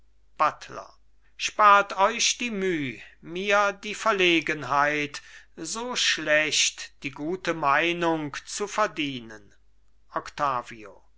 buttler spart euch die müh mir die verlegenheit so schlecht die gute meinung zu verdienen octavio